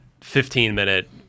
15-minute